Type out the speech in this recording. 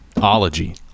ology